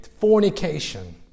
fornication